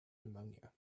pneumonia